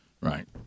Right